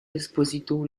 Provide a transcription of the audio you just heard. esposito